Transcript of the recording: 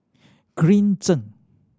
Green Zeng